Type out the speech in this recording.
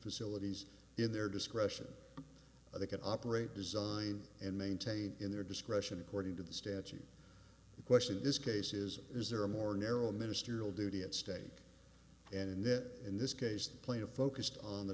facilities in their discretion they can operate design and maintain in their discretion according to the statute in question this case is is there a more narrow ministerial duty at stake and that in this case the plaintiff focused on the